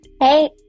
Hey